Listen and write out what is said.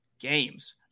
games